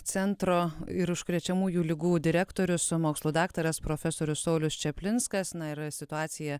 centro ir užkrečiamųjų ligų direktorius mokslų daktaras profesorius saulius čaplinskas na ir situacija